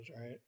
right